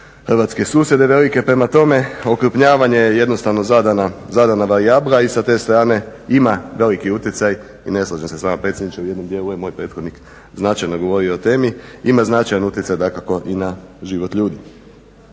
hrvatske susjede velike. Prema tome, okrupnjavanje je jednostavno zadana varijabla i sa te strane ima veliki utjecaj i ne slažem se sa vama predsjedniče. U jednom dijelu je moj prethodnih značajno govorio o temi. Ima značajan utjecaj dakako i na život ljudi.